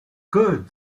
good